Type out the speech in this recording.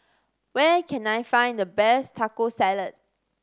where can I find the best Taco Salad